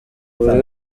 buri